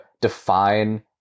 define